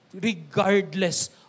regardless